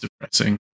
depressing